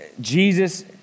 Jesus